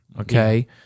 Okay